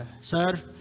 Sir